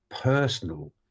personal